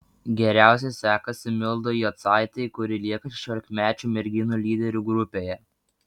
geriausiai sekasi mildai jocaitei kuri lieka šešiolikmečių merginų lyderių grupėje